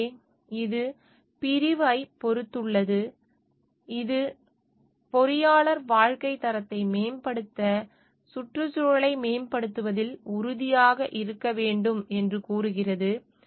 எனவே இது பிரிவு ஐப் பெற்றுள்ளது இது பொறியாளர் வாழ்க்கைத் தரத்தை மேம்படுத்த சுற்றுச்சூழலை மேம்படுத்துவதில் உறுதியாக இருக்க வேண்டும் என்று கூறுகிறது